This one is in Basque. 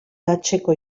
hatxeko